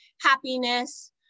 happiness